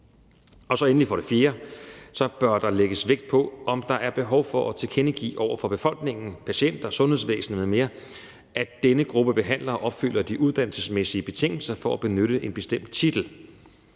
Endelig for det fjerde bør der lægges vægt på, om der er behov for at tilkendegive over for befolkningen, patienterne, sundhedsvæsenet m.m., at denne gruppe behandlere opfylder de uddannelsesmæssige betingelser for at benytte en bestemt titel,